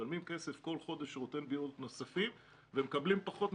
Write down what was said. משלמים כסף כל חודש על שירותי בריאות נוספים ומקבלים פחות,